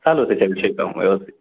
चालू आहे त्याच्याविषयी काम व्यवस्थित